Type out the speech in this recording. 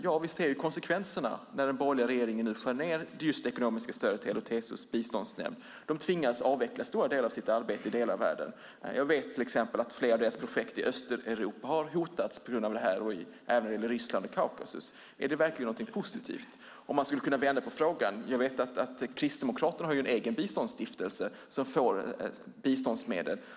Ja, vi ser konsekvenserna när den borgerliga regeringen nu skär ned det ekonomiska stödet till LO-TCO Biståndsnämnd. De tvingas avveckla stora delar av sitt arbete i världen. Jag vet till exempel att flera av deras projekt i Östeuropa har hotats på grund av det här, även i Ryssland och Kaukasus. Är det verkligen någonting positivt? Man skulle kunna vända på frågan. Jag vet att Kristdemokraterna har en egen biståndsstiftelse som får biståndsmedel.